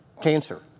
cancer